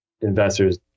investors